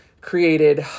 created